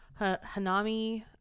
hanami